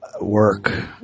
work